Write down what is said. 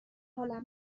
حالم